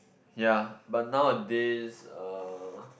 ya but nowadays uh